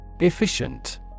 Efficient